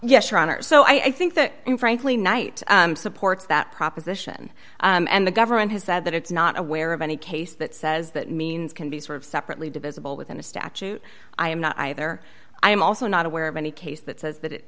honor so i think that frankly knight supports that proposition and the government has said that it's not aware of any case that says that means can be sort of separately divisible within a statute i am not either i am also not aware of any case that says that it